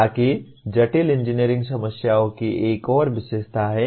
ताकि जटिल इंजीनियरिंग समस्याओं की एक और विशेषता है